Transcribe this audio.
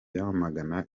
yamagana